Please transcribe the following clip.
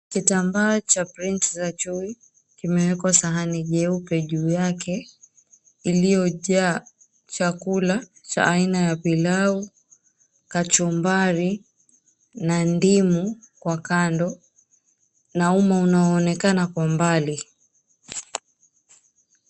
Kitambaa cha prints za chui kimeekwa sahani jeupe juu yake iliojaa chakula cha aina ya pilau, kachumbari na ndimu kwa kando na uma unaoonekana kwa mbali.